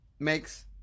makes